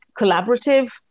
collaborative